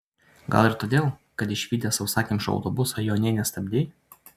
gal ir todėl kad išvydęs sausakimšą autobusą jo nė nestabdei